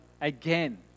again